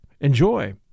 Enjoy